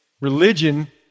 Religion